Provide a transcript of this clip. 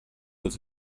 with